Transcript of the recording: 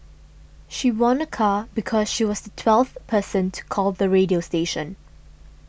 she won a car because she was twelfth person to call the radio station